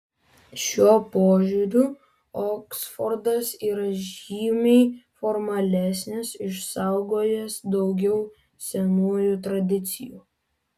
šiuo požiūriu oksfordas yra žymiai formalesnis išsaugojęs daugiau senųjų tradicijų